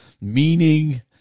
meaning